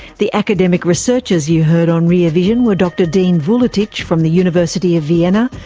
the academic researchers you heard on rear vision were dr dean vuletic from the university of vienna,